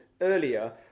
earlier